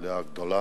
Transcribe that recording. את העלייה הגדולה,